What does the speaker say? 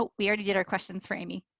but we already did our questions for amy.